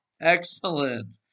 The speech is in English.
excellent